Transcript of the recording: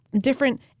Different